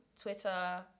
Twitter